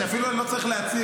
שאני אפילו לא צריך להציג,